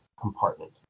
compartment